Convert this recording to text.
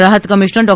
રાહત કમિશનર ડો